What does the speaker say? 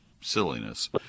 silliness